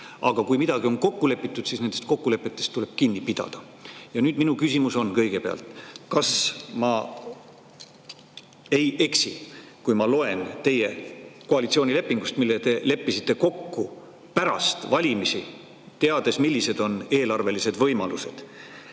Aga kui midagi on kokku lepitud, siis nendest kokkulepetest tuleb kinni pidada. Nüüd, minu küsimus on kõigepealt see: kas ma ei eksi, kui ma loen teie koalitsioonilepingust, mille te leppisite kokku pärast valimisi, teades, millised on eelarvelised võimalused: